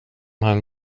han